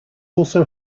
also